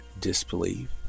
disbelief